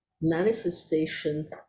manifestation